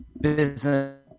business